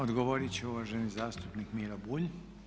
Odgovorit će uvaženi zastupnik Miro Bulj.